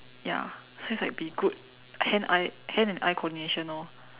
ya so it's like be good hand eye hand and eye coordination orh